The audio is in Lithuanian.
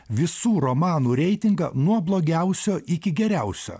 visų romanų reitingą nuo blogiausio iki geriausio